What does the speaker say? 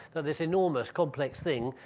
there's enormous complex thing.